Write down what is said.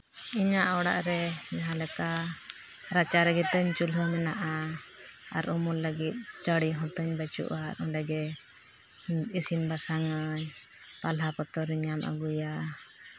ᱤᱧᱟᱹᱜ ᱚᱲᱟᱜ ᱨᱮ ᱡᱟᱦᱟᱸ ᱞᱮᱠᱟ ᱨᱟᱪᱟ ᱨᱮᱜᱮ ᱛᱟᱹᱧ ᱪᱩᱞᱦᱟᱹ ᱢᱮᱱᱟᱜᱼᱟ ᱟᱨ ᱩᱢᱩᱞ ᱞᱟᱹᱜᱤᱫ ᱪᱟᱹᱲᱤ ᱦᱚᱸᱛᱤᱧ ᱵᱟᱹᱱᱩᱜᱼᱟ ᱚᱸᱰᱮ ᱜᱮ ᱤᱥᱤᱱ ᱵᱟᱥᱟᱝ ᱟᱹᱧ ᱯᱟᱞᱦᱟ ᱯᱟᱛᱚᱨ ᱤᱧ ᱧᱟᱢ ᱟᱹᱜᱩᱭᱟ